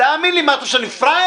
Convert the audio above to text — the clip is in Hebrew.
תאמין לי, מה אתה חושב, שאני פראייר?